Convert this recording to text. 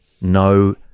No